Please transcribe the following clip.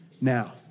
now